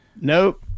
Nope